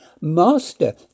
Master